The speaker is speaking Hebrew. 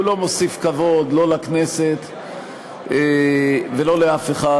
הוא לא מוסיף כבוד לא לכנסת ולא לאף אחד,